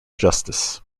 justice